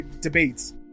debates